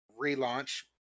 relaunch